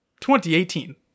2018